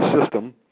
system